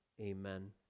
Amen